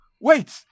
Wait